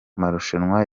marushanwa